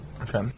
Okay